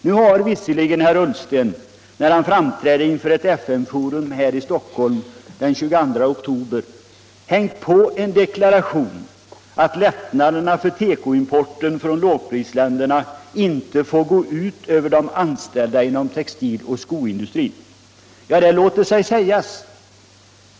Nu har visserligen herr Ullsten, när han framträdde inför ett FN-forum här i Stockholm den 22 oktober, hängt på en deklaration att lättnaderna för tekoimporten från lågprisländerna inte får gå ut över de anställda inom textiloch skogsindustrin här i landet. Ja, det låter sig sägas.